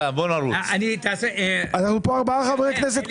אנחנו פה ארבעה חברי כנסת,